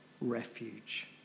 refuge